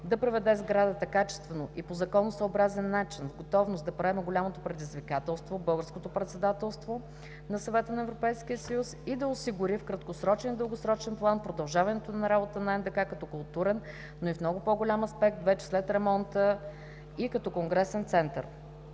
да приведе сградата качествено и по законосъобразен начин в готовност да приеме голямото предизвикателство – българското председателство на Съвета на Европейския съюз; и - да подсигури в краткосрочен и дългосрочен план продължаването на работата на НДК като културен, но и в много по голям аспект, вече след ремонта на сградата и като конгресен център.